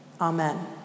Amen